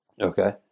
Okay